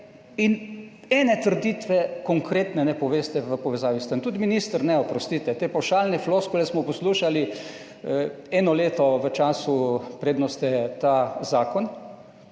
In ene trditve konkretne ne poveste v povezavi s tem tudi minister ne, oprostite. Te pavšalne floskule smo poslušali. Eno leto v času preden ste ta zakon,